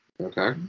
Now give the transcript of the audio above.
Okay